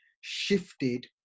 shifted